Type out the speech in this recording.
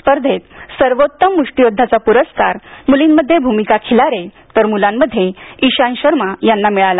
स्पर्धेंत सर्वोत्तम मुष्टीयोद्ध्याचा पुरस्कार मुलींमध्ये भूमिका खिलारे तर मुलांमध्ये ईशान शर्मा यांना मिळाला